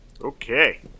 okay